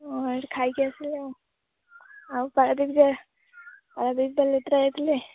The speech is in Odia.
ଓଃ ଏଠି ଖାଇ କି ଆସିବ ଆଉ ଆଉ ପାରାଦ୍ୱୀପ ଯାଇ ପାରାଦ୍ୱୀପ ବାଲିଯାତ୍ରା ଯାଇଥିଲେ